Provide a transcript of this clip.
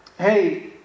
hey